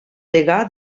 degà